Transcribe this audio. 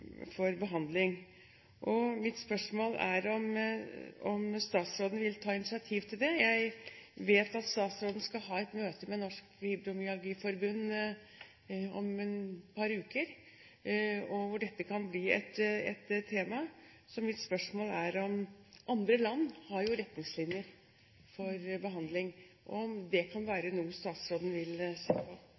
behandling. Mitt spørsmål er om statsråden vil ta initiativ til det. Jeg vet at statsråden skal ha et møte med Norges Fibromyalgi Forbund om et par uker, hvor dette kan bli et tema. Andre land har jo retningslinjer for behandling, så mitt spørsmål er: Kan det være noe statsråden vil se på?